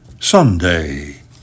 Sunday